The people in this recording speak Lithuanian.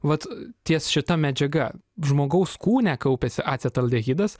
vat ties šita medžiaga žmogaus kūne kaupiasi acetaldehidas